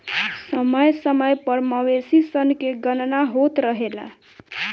समय समय पर मवेशी सन के गणना होत रहेला